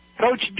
Coach